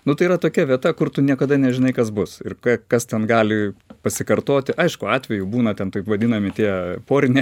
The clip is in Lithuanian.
nu tai yra tokia vieta kur tu niekada nežinai kas bus ir ką kas ten gali pasikartoti aišku atvejų būna ten taip vadinami tie poriniai